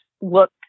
look